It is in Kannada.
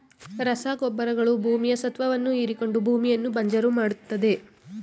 ರಸಗೊಬ್ಬರಗಳು ಭೂಮಿಯ ಸತ್ವವನ್ನು ಹೀರಿಕೊಂಡು ಭೂಮಿಯನ್ನು ಬಂಜರು ಮಾಡತ್ತದೆ